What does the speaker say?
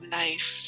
life